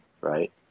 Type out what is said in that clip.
right